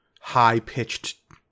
high-pitched